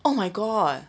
oh my god